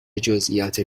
جزییات